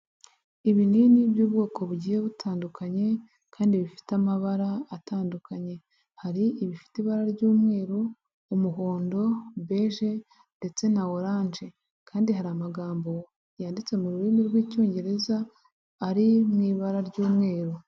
Ibinini by'ubwoko bugiye butandukanye kandi bifite amabara atandukanye, hari ibifite ibara ry'umweru, umuhondo, beje ndetse na oranje kandi hari amagambo yanditse mu rurimi rw'icyongereza ari mu ibara ry'umweru.